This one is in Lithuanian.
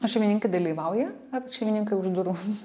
o šeimininkai dalyvauja ar šeimininkai už durų